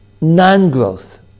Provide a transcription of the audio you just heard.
non-growth